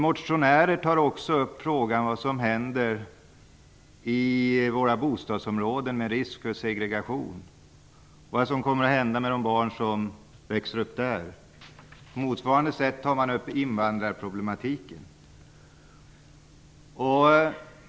Motionärer tar också upp frågan om vad som händer i våra bostadsområden med risk för segregation och vad som kommer att hända med de barn som växer upp där. På motsvarande sätt tar man upp invandrarproblematiken.